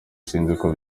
siko